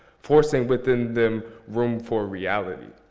forcing within them room for reality.